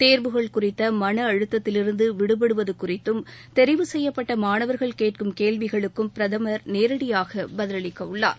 தேர்வுகள் குறித்த மன அழுத்தத்திலிருந்து விடுபடுவது குறித்தும் தெரிவு செய்யப்பட்ட மாணவர்கள் கேட்கும் கேள்விகளுக்கும் பிரதமர் நேரடியாக பதிலளிக்கவுள்ளார்